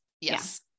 yes